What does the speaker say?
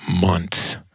months